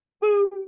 Boom